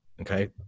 Okay